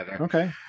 okay